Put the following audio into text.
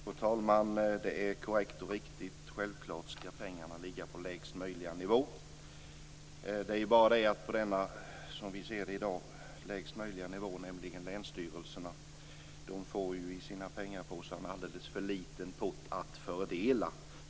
Fru talman! Det är korrekt och riktigt. Självklart skall pengarna ligga på lägsta möjliga nivå. Det är bara det att den som vi ser det i dag lägsta möjliga nivån, nämligen länsstyrelserna, i sina pengapåsar får en alldeles för liten pott att fördela.